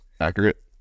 accurate